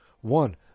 one